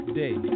day